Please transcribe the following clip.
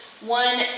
One